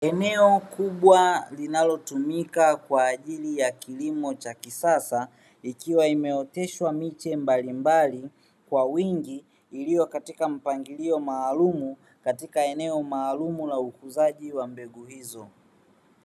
Eneo kubwa linalotumika kwa ajili ya kilimo cha kisasa ikiwa imeoteshwa miche mbalimbali kwa wingi, iliyo katika mpangilio maalumu katika eneo maaalumu la ukuzaji wa mbegu hizo.